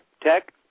Tech